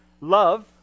love